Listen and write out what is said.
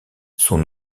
son